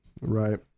right